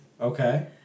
Okay